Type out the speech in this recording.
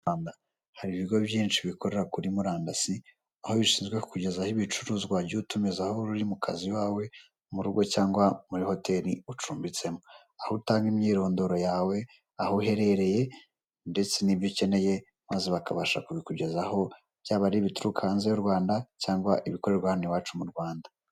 Hari ibigo byinshi bikorera kuri murandasi, aho bishinzwe kukugezaho ibicuruzwa wagiye utumizaho aho uri mu kazi iwawe, mu rugo cyangwa muri hoteri ucumbitsemo, aho utanga imyirondoro yawe, aho uherereye, ndetse n'ibyo ukeneye maze bakabasha kubikugezaho byaba ari ibituruka hanze y'u Rwanda cyangwa ibikorerwa hano iwacu mu Rwanda.